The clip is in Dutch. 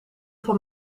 van